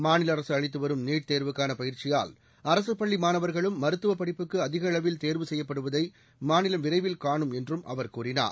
மாநில அரசு அளித்து வரும் நீட் தேர்வுக்கான பயிற்சியால் அரசுப் பள்ளி மாணவர்களும் மருத்துவப் படிப்புக்கு அதிக அளவில் தேர்வு செய்யப்படுவதை மாநிலம் விரைவில் காணும் என்றும் அவர் கூறினார்